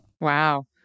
Wow